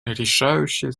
решающее